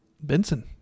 Benson